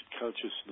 consciousness